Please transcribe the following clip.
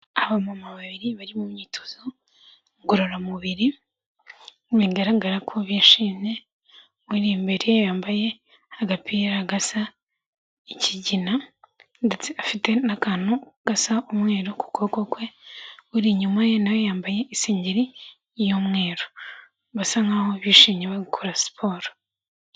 Abamama babiri bari mu myitozo ngororamubiri bigaragara ko bishimye, uri imbere yambaye agapira gasa ikigina ndetse afite n'akantu gasa umweru ku kuboko kwe, uri inyuma ye na we yambaye isengeri y'umweru, basa nkaho bishimye bari gukora siporo.